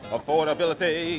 Affordability